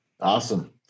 Awesome